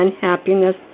happiness